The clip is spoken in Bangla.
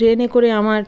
ট্রেনে করে আমার